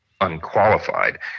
unqualified